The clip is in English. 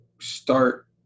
start